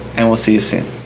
and we'll see you soon.